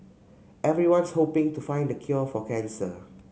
everyone's hoping to find the cure for cancer